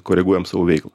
koreguojam savo veiklą